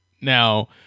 Now